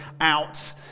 out